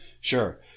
Sure